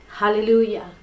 Hallelujah